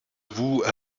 voue